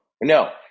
No